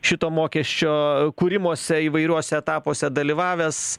šito mokesčio kūrimuose įvairiuose etapuose dalyvavęs